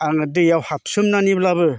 आङो दैआव हाबसोमनानैब्लाबो बे नाखौ